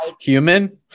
Human